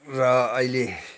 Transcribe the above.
र अहिले